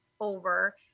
over